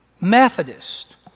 Methodist